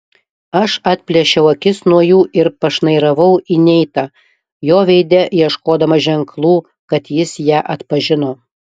aš atplėšiau akis nuo jų ir pašnairavau į neitą jo veide ieškodama ženklų kad jis ją atpažino